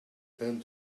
band